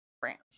France